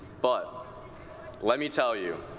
but let me tell you,